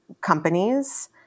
companies